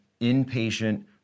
inpatient